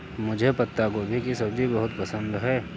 मुझे पत्ता गोभी की सब्जी बहुत पसंद है